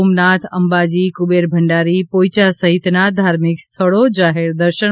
સોમનાથ અંબાજી કુબેર ભંડારી પોઇયા સહિતનાં ધાર્મિક સ્થળો જાહેર દર્શન